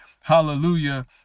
hallelujah